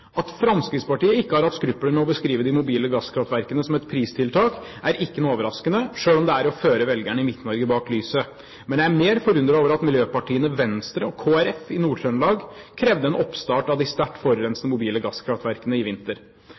At Fremskrittspartiet ikke har hatt skrupler med å beskrive de mobile gasskraftverkene som et pristiltak, er ikke noe overraskende, selv om det er å føre velgerne i Midt-Norge bak lyset. Men jeg er mer forundret over at miljøpartiene Venstre og Kristelig Folkeparti i Nord-Trøndelag krevde en oppstart av de sterkt forurensende mobile gasskraftverkene i vinter.